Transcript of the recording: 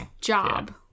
job